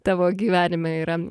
tavo gyvenime yra